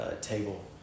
table